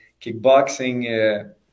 kickboxing